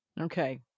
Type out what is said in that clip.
Okay